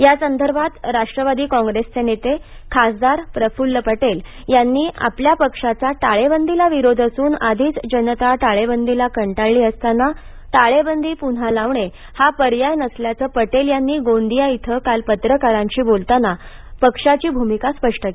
यासंदर्भात राष्ट्रवादी काँग्रेसचे नेते खासदार प्रफुल्ल पटेल यांनी आपल्या पक्षाचा टाळेबंदीला विरोध असून आधीच जनता टाळेबंदीला कंटाळली असताना ती पुन्हा लावणे हा पर्याय नसल्याचं पटेल यांनी गोंदिया इथं काल पत्रकारांशी बोलताना पक्षाची भूमिका स्पष्ट केली आहे